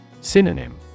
Synonym